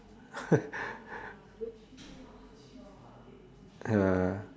ah